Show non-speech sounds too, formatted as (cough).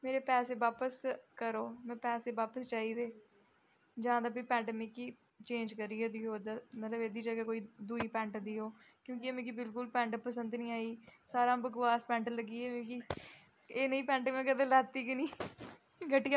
मेरे पैसे बापस करो में पैसे बापस चाहिदे जां ते फ्ही पैंट मिगी चेंज करियै देओ (unintelligible) मतलब एह्दी जगह् कोई दूई पैंट देओ क्योंकि एह् मिगी बिल्कुल पैंट पसंद नी आई सारे शा बकवास पैंट लग्गी एह् मिगी एह् नेही पैंट में कदें लैती गै नेईं घटिया